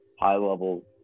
high-level